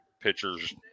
pitchers